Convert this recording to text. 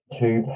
two